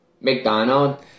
McDonald